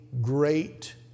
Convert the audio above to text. great